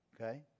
Okay